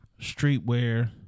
streetwear